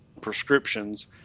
prescriptions